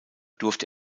durfte